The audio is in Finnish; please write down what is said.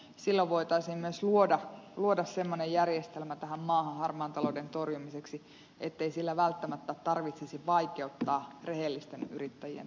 silloin voitaisiin myös luoda semmoinen järjestelmä tähän maahan harmaan talouden torjumiseksi ettei sillä välttämättä tarvitsisi vaikeuttaa rehellisten yrittäjien toimintaa